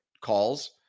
calls